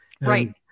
Right